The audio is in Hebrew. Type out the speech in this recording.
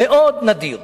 מאוד נדיר.